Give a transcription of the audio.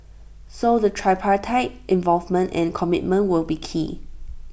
so the tripartite involvement and commitment will be key